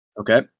Okay